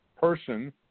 Person